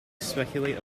speculate